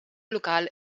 local